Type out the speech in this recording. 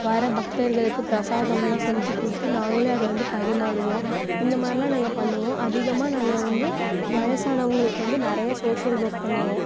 வர்ற பக்தர்களுக்கு பிரசாதம்லாம் செஞ்சு கொடுத்து நாங்களே அதை வந்து பரிமாறுவோம் இந்த மாரிலாம் நாங்கள் பண்ணுவோம் அதிகமாக நாங்கள் வந்து வயசானவங்களுக்கு வந்து நிறையா சோஷியல் ஒர்க் பண்ணுவோம்